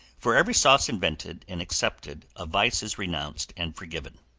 for every sauce invented and accepted a vice is renounced and forgiven.